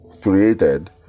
created